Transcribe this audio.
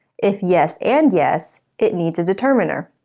if yes and yes, it needs a determiner,